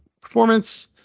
performance